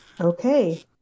Okay